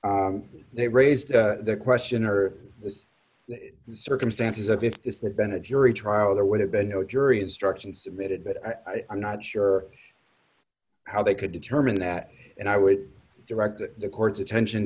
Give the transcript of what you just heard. the they raised the question are the circumstances of if this has been a jury trial there would have been no jury instruction submitted but i'm not sure how they could determine that and i would direct the court's attention